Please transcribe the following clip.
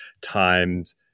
times